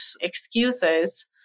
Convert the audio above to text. excuses